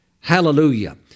Hallelujah